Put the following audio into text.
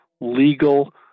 legal